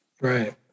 Right